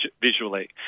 visually